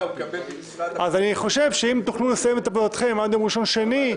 אם תוכלו לסיים את עבודתכם עד יום ראשון או שני,